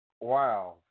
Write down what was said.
wow